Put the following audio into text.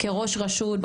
כראש רשות,